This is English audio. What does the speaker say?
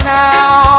now